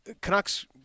Canucks